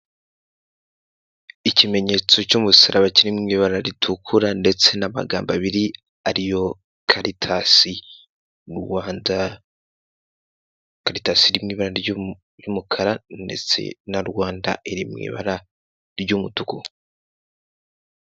Ikimenyetso cy'umusaraba kiri mu ibara ritukura ndetse n'amagambo abiri ari yo Karitasi Rwanda, Karitasi iri mu ibara ry'umukara ndetse na Rwanda iri mu ibara ry'umutuku.